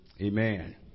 Amen